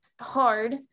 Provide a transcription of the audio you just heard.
hard